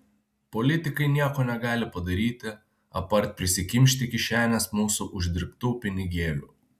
politikai nieko negali padaryti apart prisikimšti kišenes mūsų uždirbtų pinigėlių